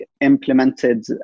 implemented